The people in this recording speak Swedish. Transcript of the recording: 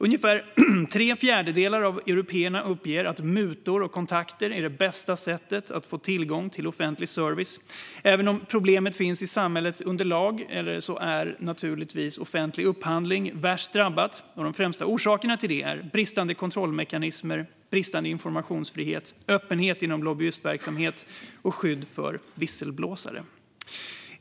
Ungefär tre fjärdedelar av européerna uppger att mutor och kontakter är det bästa sättet att få tillgång till offentlig service. Även om problemet finns i samhället över lag är naturligtvis offentlig upphandling värst drabbad. De främsta orsakerna till det är bristande kontrollmekanismer, bristande informationsfrihet, bristande öppenhet inom lobbyistverksamhet och bristande skydd för visselblåsare.